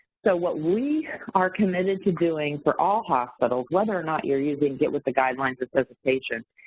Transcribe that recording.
so, what we are committed to doing for all hospitals, whether or not you're using get with the guidelines-resuscitation,